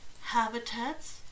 Habitats